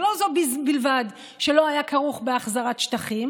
שלא זו בלבד שלא היה כרוך בהחזרת שטחים